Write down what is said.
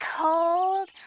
cold